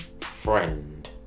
Friend